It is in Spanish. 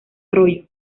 arroyo